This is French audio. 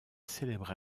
célèbre